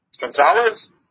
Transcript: Gonzalez